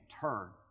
turn